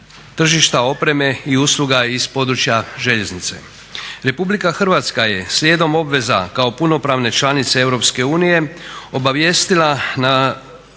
tržišta opreme i usluga iz područja željeznice. Republika Hrvatska je slijedom obveza kao punopravne članice Europske unije